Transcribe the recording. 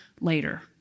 later